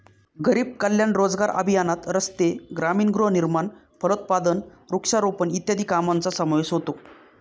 गरीब कल्याण रोजगार अभियानात रस्ते, ग्रामीण गृहनिर्माण, फलोत्पादन, वृक्षारोपण इत्यादी कामांचा समावेश होतो